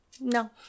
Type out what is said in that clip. No